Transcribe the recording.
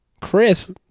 chris